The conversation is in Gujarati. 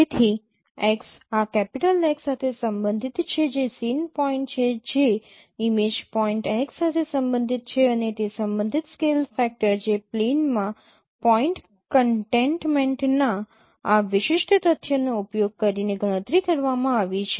તેથી x આ કેપિટલ X સાથે સંબંધિત છે જે સીન પોઇન્ટ છે જે ઇમેજ પોઇન્ટ x સાથે સંબંધિત છે અને તે સંબંધિત સ્કેલ ફેક્ટર જે પ્લેનમાં પોઈન્ટ કન્ટેન્ટમેન્ટના આ વિશિષ્ટ તથ્યનો ઉપયોગ કરીને ગણતરી કરવામાં આવી છે